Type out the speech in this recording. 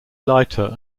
lighter